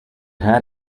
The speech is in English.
had